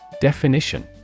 Definition